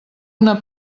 una